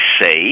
say